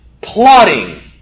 plotting